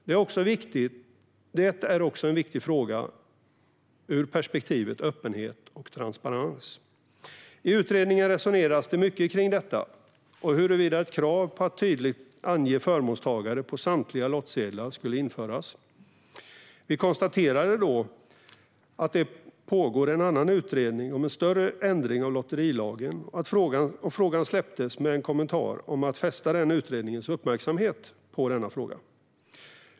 Det är också en viktig fråga ur perspektivet öppenhet och transparens. I utredningen resonerades det mycket kring detta och huruvida ett krav på att tydligt ange förmånstagaren på samtliga lottsedlar skulle införas. Vi konstaterade då att det pågår en annan utredning om en större ändring av lotterilagen, och frågan släpptes med en kommentar om att fästa den utredningens uppmärksamhet på denna fråga.